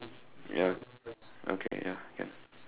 ya okay ya can